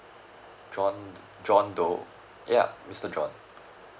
mm john john dou ya mister john